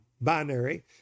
binary